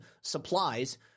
supplies